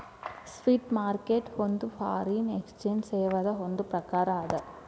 spot market ಒಂದ್ foreign exchange ಸೇವಾದ್ ಒಂದ್ ಪ್ರಕಾರ ಅದ